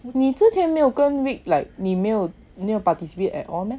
你之前没有跟 rit like 没有 participate at all meh